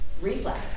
reflex